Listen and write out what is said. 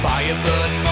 Firebird